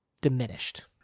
diminished